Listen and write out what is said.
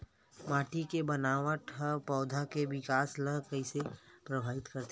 माटी के बनावट हा पौधा के विकास ला कइसे प्रभावित करथे?